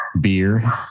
beer